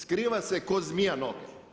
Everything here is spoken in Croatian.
Skriva se ko zmija noge.